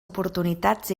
oportunitats